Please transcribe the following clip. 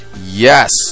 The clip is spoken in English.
yes